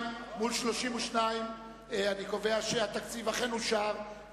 52 מול 32 התקציב אכן אושר,